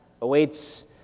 awaits